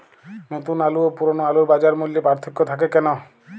নতুন আলু ও পুরনো আলুর বাজার মূল্যে পার্থক্য থাকে কেন?